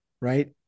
right